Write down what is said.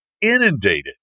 inundated